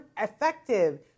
effective